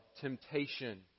temptation